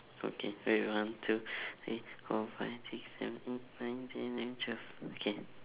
okay wait one two three four five six seven eight nine ten eleven twelve K